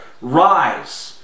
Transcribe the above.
Rise